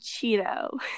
Cheeto